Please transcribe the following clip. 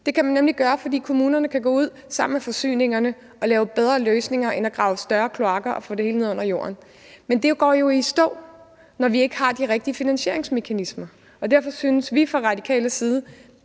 Det kan man nemlig gøre, fordi kommunerne kan gå ud sammen med forsyningsselskaberne og lave bedre løsninger end at grave større kloakker og få det hele ned under jorden. Men det går jo i stå, når vi ikke har de rigtige finansieringsmekanismer, og derfor synes vi fra Radikales side,